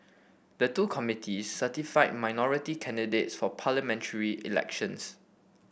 the two committees certify minority candidates for parliamentary elections